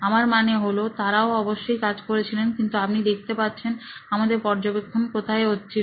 আমার মানে হল তারাও অবশ্যই কাজ করেছিলেন কিন্তু আপনি দেখতে পারেন আমাদের পর্যবেক্ষণ কোথায় হচ্ছিল